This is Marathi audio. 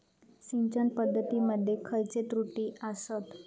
सिंचन पद्धती मध्ये खयचे त्रुटी आसत?